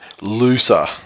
Looser